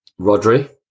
Rodri